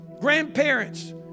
Grandparents